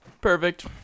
Perfect